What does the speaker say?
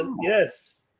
Yes